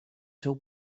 seu